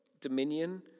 dominion